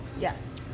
Yes